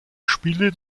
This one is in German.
spiele